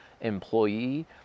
employee